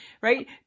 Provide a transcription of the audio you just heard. right